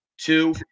Two